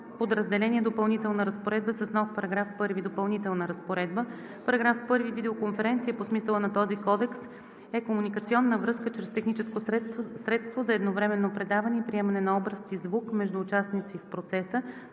подразделение „Допълнителна разпоредба“ с нов § 1: „Допълнителна разпоредба § 1. „Видеоконференция“ по смисъла на този кодекс е комуникационна връзка чрез техническо средство за едновременно предаване и приемане на образ и звук между участници в процеса,